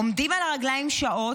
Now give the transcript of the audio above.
עומדים על הרגליים שעות,